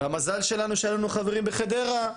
והמזל שלנו הוא שהיו לנו חברים בחדרה,